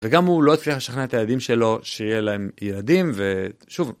וגם הוא לא הצליח לשכנע את הילדים שלו, שיהיה להם ילדים ושוב.